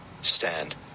Stand